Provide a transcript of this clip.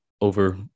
over